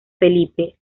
felipe